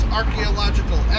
archaeological